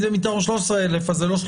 מתוך 13,000 אז.